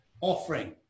offering